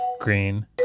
green